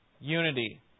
unity